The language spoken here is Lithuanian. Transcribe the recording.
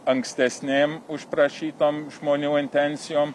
ankstesnėm užprašytom žmonių intencijom